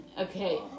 Okay